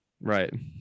Right